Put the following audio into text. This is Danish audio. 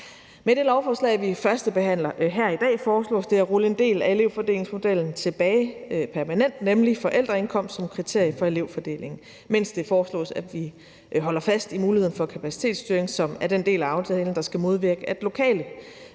Men det lovforslag, vi førstebehandler her i dag, foreslås det at rulle en del af elevfordelingsmodellen tilbage permanent, nemlig forældreindkomsten som kriterie for elevfordelingen, mens det foreslås, at vi holder fast i muligheden for kapacitetsstyring, som er den del af aftalen, der skal modvirke, at lokale